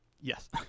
Yes